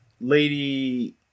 Lady